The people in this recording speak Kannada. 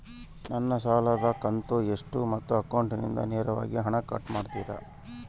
ನನ್ನ ಸಾಲದ ಕಂತು ಎಷ್ಟು ಮತ್ತು ಅಕೌಂಟಿಂದ ನೇರವಾಗಿ ಹಣ ಕಟ್ ಮಾಡ್ತಿರಾ?